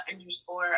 underscore